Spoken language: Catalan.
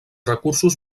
recursos